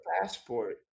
passport